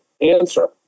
answer